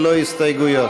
ללא הסתייגויות.